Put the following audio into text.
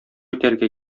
итәргә